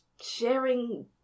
sharing